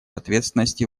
ответственности